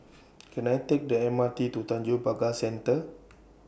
Can I Take The M R T to Tanjong Pagar Center